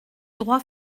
droit